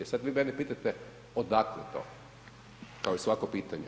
E sad vi mene pitate odakle to, kao i svako pitanje?